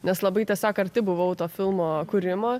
nes labai tiesiog arti buvau to filmo kūrimo